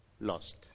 lost